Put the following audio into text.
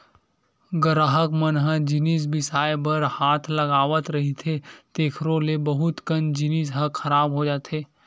गराहक मन ह जिनिस बिसाए बर हाथ लगावत रहिथे तेखरो ले बहुत कन जिनिस ह खराब हो जाथे